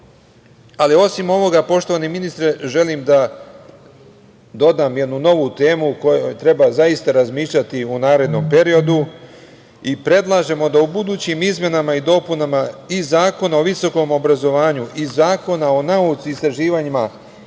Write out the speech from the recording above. ovoga, poštovani ministre, želim da dodam jednu novu temu o kojoj treba razmišljati u narednom periodu i predlažemo da u budućim izmenama i dopunama i Zakona o visokom obrazovanju i Zakona o naučnim istraživanjima,